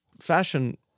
fashion